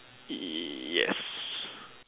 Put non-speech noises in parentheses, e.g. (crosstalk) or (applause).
(noise) yes